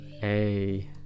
Hey